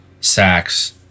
sax